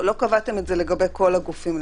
לא קבעתם את זה לגבי כל הגופים,